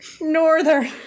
Northern